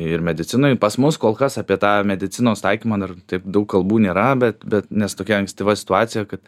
ir medicinoj pas mus kol kas apie tą medicinos taikymą dar taip daug kalbų nėra bet bet nes tokia ankstyva situacija kad